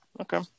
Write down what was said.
Okay